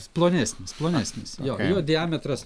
plonesnis plonesnis jo jo diametras